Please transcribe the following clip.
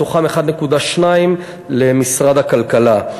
מתוכם 1.2 למשרד הכלכלה.